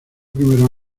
primeros